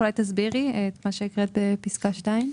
אולי תסבירי את מה שהקראת בפסקה (2).